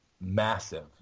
massive